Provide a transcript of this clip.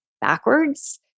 backwards